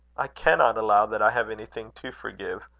i cannot allow that i have anything to forgive.